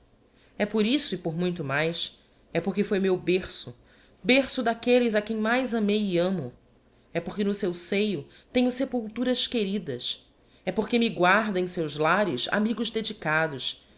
e por isso e por muito mais porque foi meu berço berço daquelles a quem mais amei e amo é porque no seu seio tenho sepulturas queridas é porque me guarda em seus lares amigos dedicados